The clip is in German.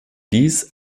dies